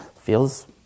Feels